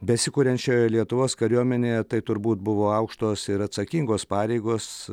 besikuriančioje lietuvos kariuomenėje tai turbūt buvo aukštos ir atsakingos pareigos